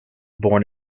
born